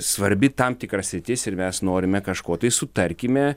svarbi tam tikra sritis ir mes norime kažko tai sutarkime